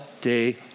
day